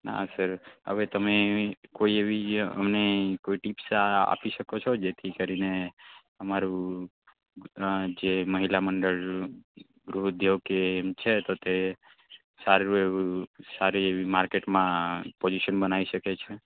ના સર હવે તમે કોઈ એવી જે અમને કોઈ ટિપ્સ આ આપી શકો છો જેથી કરીને અમારું જે મહિલા મંડળ ગૃહ ઉદ્યોગ કે એમ છે તો તે સારું એવું સારી એવી માર્કેટમાં પોઝિશન બનાવી શકે છે